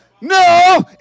No